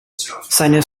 seine